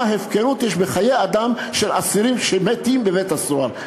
הפקרות יש לגבי חיי אדם של אסירים שמתים בבתי-הסוהר.